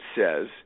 says